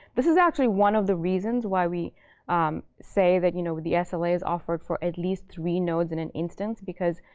this is actually one of the reasons why we say that you know the ah sla is offered for at least three nodes in an instance. because,